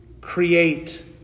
Create